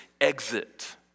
exit